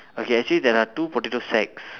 okay actually there are two potato sacks